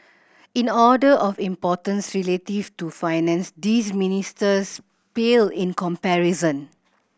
in order of importance relative to Finance these ministries pale in comparison